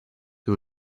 who